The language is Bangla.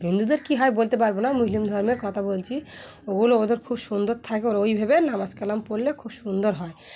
হিন্দুদের কী হয় বলতে পারবো না মুসলিম ধর্মের কথা বলছি ওগুলো ওদের খুব সুন্দর থাকে ও ওইভোবে নামাজ কালাম পড়লে খুব সুন্দর হয়